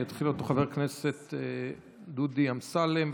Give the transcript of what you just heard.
יתחיל אותו חבר הכנסת דודי אמסלם,